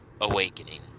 awakening